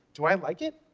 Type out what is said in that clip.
do i like it?